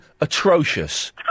atrocious